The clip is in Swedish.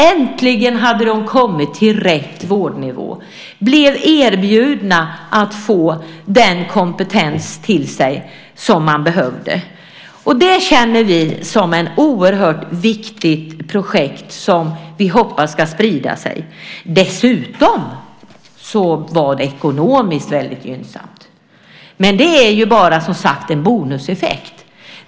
Äntligen hade de kommit till rätt vårdnivå och blev erbjudna den kompetens som de behövde. Det känner vi som ett oerhört viktigt projekt som vi hoppas ska sprida sig. Dessutom var det ekonomiskt väldigt gynnsamt. Men det är bara, som sagt, en bonuseffekt.